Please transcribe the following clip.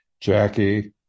Jackie